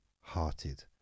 hearted